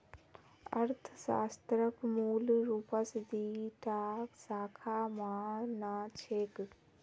अर्थशास्त्रक मूल रूपस दी टा शाखा मा न छेक